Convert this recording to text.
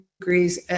degrees